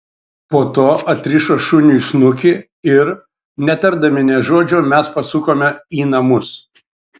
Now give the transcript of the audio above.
po to atrišo šuniui snukį ir netardami nė žodžio mes pasukome į namus